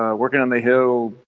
um working on the hill,